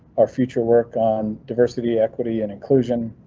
our future work on diversity, equity and inclusion.